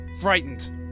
frightened